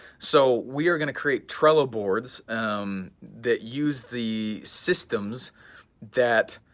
so we are going to create trello boards that use the systems that